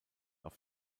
auf